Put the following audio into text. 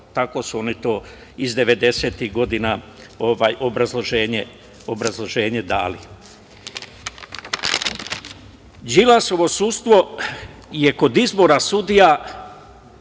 tako su oni to iz 90. tih godina obrazloženje dali. Đilasovo sudstvo je kod izbora sudija